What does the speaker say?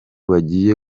bagiye